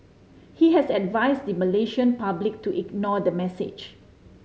he has advised the Malaysian public to ignore the message